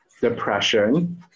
depression